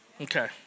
Okay